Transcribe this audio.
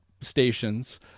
stations